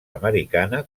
americana